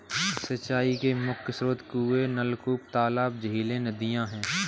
सिंचाई के मुख्य स्रोत कुएँ, नलकूप, तालाब, झीलें, नदियाँ हैं